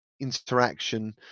interaction